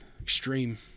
extreme